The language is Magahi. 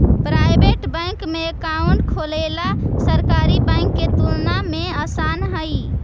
प्राइवेट बैंक में अकाउंट खोलेला सरकारी बैंक के तुलना में आसान हइ